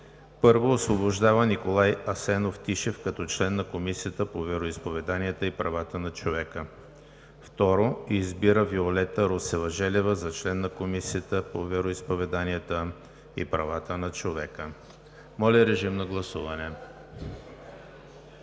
1. Освобождава Николай Асенов Тишев като член на Комисията по вероизповеданията и правата на човека. 2. Избира Виолета Русева Желева за член на Комисията по вероизповеданията и правата на човека.“ Моля, режим на гласуване.